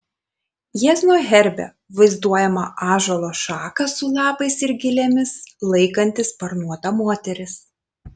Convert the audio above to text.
jiezno herbe vaizduojama ąžuolo šaką su lapais ir gilėmis laikanti sparnuota moteris